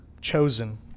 chosen